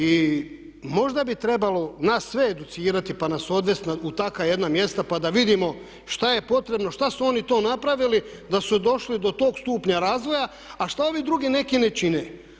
I možda bi trebalo nas sve educirati pa nas odvest u takva jedna mjesta pa da vidimo šta je potrebno, šta su oni to napravili da su došli do tog stupnja razvoja, a što ovi drugi neki ne čine.